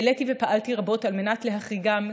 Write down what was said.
העליתי ופעלתי רבות על מנת להחריגם,